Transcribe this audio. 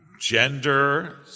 Gender